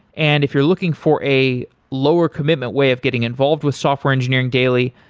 and if you're looking for a lower commitment way of getting involved with software engineering daily,